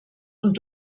und